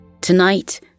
Tonight